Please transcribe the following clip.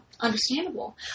Understandable